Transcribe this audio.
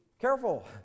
careful